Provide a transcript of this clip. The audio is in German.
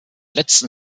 letzten